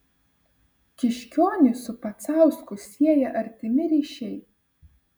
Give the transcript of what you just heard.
kiškionį su pacausku sieja artimi ryšiai